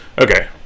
Okay